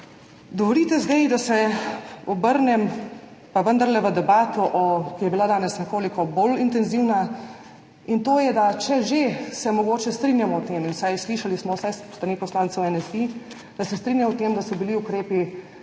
Dovolite zdaj, da se obrnem pa vendarle v debato, ki je bila danes nekoliko bolj intenzivna, in to je, da če se že mogoče strinjamo o tem, slišali smo vsaj s strani poslancev NSi, da se strinjajo o tem, da so bili ukrepi